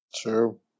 True